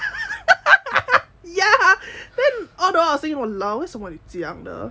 ya then all the while I was thinking !walao! 为什么你这样的